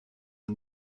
les